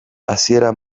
hasiera